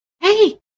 Hey